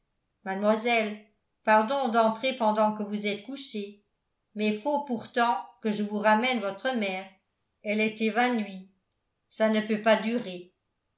mademoiselle pardon d'entrer pendant que vous êtes couchée mais faut pourtant que je vous ramène votre mère elle est évanouie ça ne peut pas durer